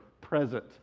present